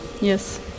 Yes